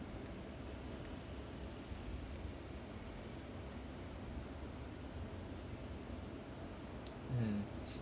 mm